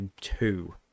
two